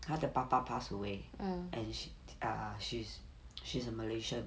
他的爸爸 pass away and err she ah she's she's a malaysian